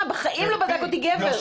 בחיים לא בדק אותי גבר.